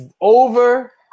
over